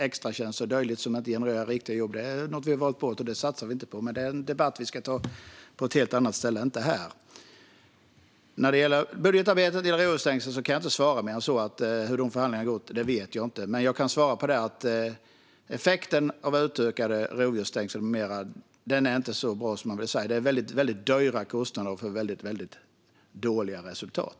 Extratjänster och dylikt som inte genererar riktiga jobb är något vi har valt bort. Det satsar vi inte på. Men det är en debatt vi ska ta i ett helt annat sammanhang och inte nu. När det gäller budgetarbetet och rovdjursstängslen kan jag inte svara på hur förhandlingarna har gått, för det vet jag inte. Men jag kan svara att effekten av utökade rovdjursstängsel med mera inte är så bra som man hoppats på. Det är väldigt höga kostnader för väldigt dåliga resultat.